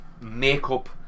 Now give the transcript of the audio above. makeup